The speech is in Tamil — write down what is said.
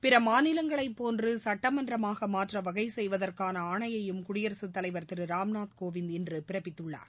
பிற மாநிலங்களைப் போன்று சட்டமன்றமாக மாற்ற வகை செய்வதற்கான ஆணையையும் குடியரசுத் தலைவர் திரு ராம்நாத்கோவிந்த் இன்று பிறப்பித்துள்ளார்